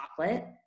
chocolate